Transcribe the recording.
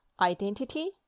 identity